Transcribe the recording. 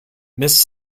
miss